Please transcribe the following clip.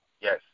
yes